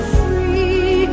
free